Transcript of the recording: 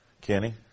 Kenny